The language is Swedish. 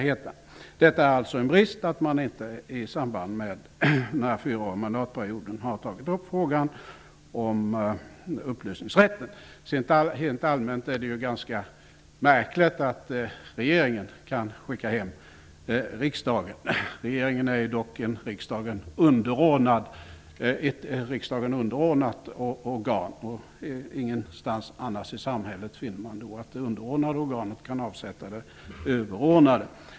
Helt allmänt kan jag säga att det är ganska märkligt att regeringen kan upplösa riksdagen. Regeringen är dock ett riksdagen underordnat organ, och ingen annanstans i samhället kan det underordnade organet avsätta det överordnade.